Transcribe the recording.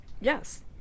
yes